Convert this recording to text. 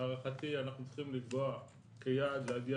להערכתי אנחנו צריכים לקבוע כיעד להגיע